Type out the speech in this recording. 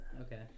okay